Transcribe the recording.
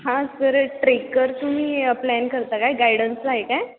हां sir trekker तुम्ही plan करता काय गायडन्सला आहे काय